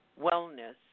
wellness